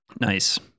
Nice